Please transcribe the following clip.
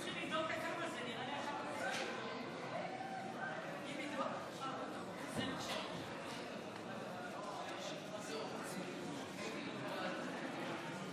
כנסת נכבדה, לפני 11 חודשים עוד הייתי